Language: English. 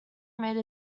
made